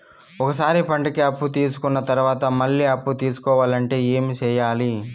ఒక సారి పంటకి అప్పు తీసుకున్న తర్వాత మళ్ళీ అప్పు తీసుకోవాలంటే ఏమి చేయాలి?